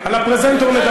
כסף קונה תקשורת.